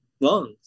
lungs